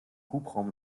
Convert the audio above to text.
hubraum